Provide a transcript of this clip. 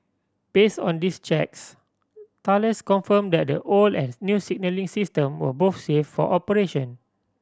base on these checks Thales confirmed that the old and new signalling system were both safe for operation